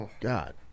God